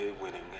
winning